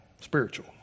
spiritual